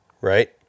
right